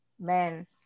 man